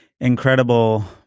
incredible